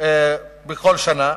בכל שנה,